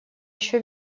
еще